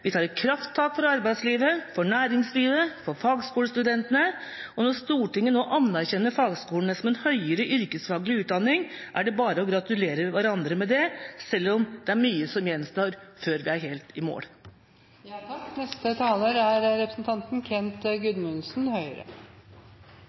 Vi tar et krafttak for arbeidslivet, for næringslivet og for fagskolestudentene. Når Stortinget nå anerkjenner fagskolene som en høyere yrkesfaglig utdanning, er det bare å gratulere hverandre med det, selv om det er mye som gjenstår før vi er helt i